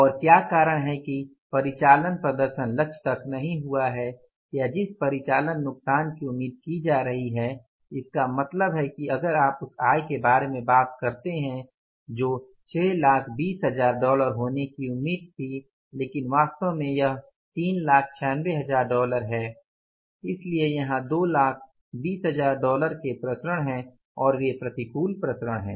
और क्या कारण हैं कि परिचालन प्रदर्शन लक्ष्य तक नहीं हुआ है या जिस परिचालन नुकसान की उम्मीद की जा रही है इसका मतलब है कि अगर आप उस आय के बारे में बात करते हैं जो 620000 डॉलर होने की उम्मीद थी लेकिन वास्तव में यह 396000 डॉलर है इसलिए यहाँ 220000 डॉलर के विचरण हैं और वे प्रतिकूल विचरण हैं